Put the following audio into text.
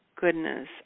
goodness